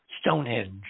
Stonehenge